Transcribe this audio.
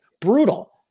Brutal